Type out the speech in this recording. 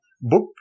Book